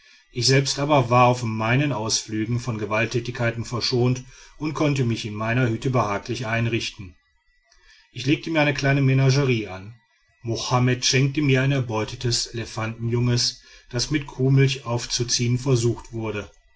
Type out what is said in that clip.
ich selbst aber war auf meinen ausflügen von gewalttätigkeiten verschont und konnte mich in meiner hütte behaglich einrichten ich legte mir eine kleine menagerie an mohammed schenkte mir ein erbeutetes elefantenjunges das mit kuhmilch aufzuziehen versucht wurde